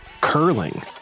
curling